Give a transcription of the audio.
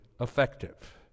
effective